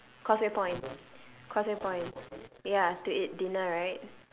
causeway point causeway point ya to eat dinner right